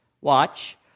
Watch